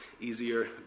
easier